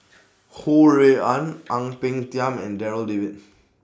Ho Rui An Ang Peng Tiam and Darryl David